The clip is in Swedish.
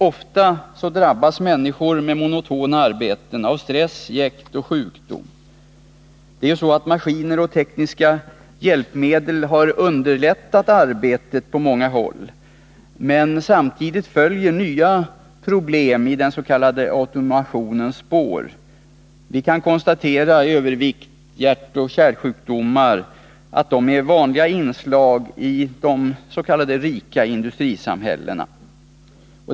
Ofta drabbas människor med monotona arbeten av stress, jäkt och sjukdom. Maskiner och tekniska hjälpmedel har underlättat arbetet på många håll, men samtidigt följer nya problem i den s.k. automationens spår. Vi kan konstatera att övervikt, hjärtoch kärlsjukdomar är vanliga inslag i de s.k. rika industrisamhällena.